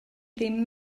ddim